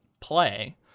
play